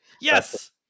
Yes